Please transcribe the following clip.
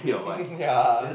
ya